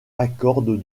accorde